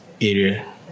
area